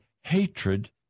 hatred